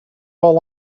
all